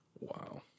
Wow